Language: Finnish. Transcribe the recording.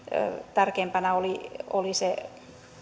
tärkeimpänä oli oli se